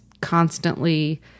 constantly